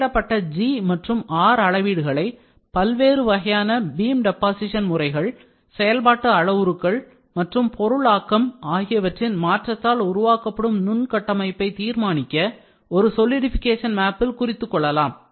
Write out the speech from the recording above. கணக்கிடப்பட்ட G and R அளவீடுகளைபல்வேறு வகையான பீம் டெபாசிஷன் முறைகள் செயல்பாட்டு அளவுருக்கள் மற்றும் பொருள் ஆக்கம் ஆகியவற்றின் மாற்றத்தால் உருவாக்கப்படும் நுண்கட்டமைப்பை தீர்மானிக்க ஒரு solidification map பில் குறித்துக் கொள்ளலாம்